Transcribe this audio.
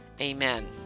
Amen